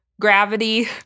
gravity